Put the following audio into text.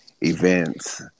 events